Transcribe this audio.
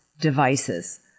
devices